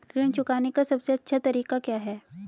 ऋण चुकाने का सबसे अच्छा तरीका क्या है?